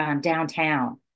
downtown